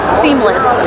seamless